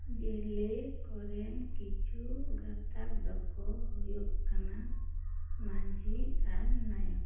ᱡᱤᱞᱤ ᱠᱚᱨᱮᱱ ᱠᱤᱪᱷᱩ ᱜᱟᱛᱟᱠ ᱫᱚᱠᱚ ᱦᱩᱭᱩᱜ ᱠᱟᱱᱟ ᱢᱟᱺᱡᱷᱤ ᱟᱨ ᱱᱟᱭᱠᱮ